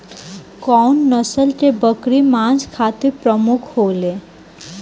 कउन नस्ल के बकरी मांस खातिर प्रमुख होले?